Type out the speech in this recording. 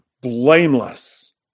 blameless